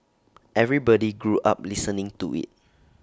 everybody grew up listening to IT